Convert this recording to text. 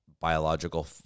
biological